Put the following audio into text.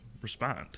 respond